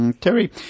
Terry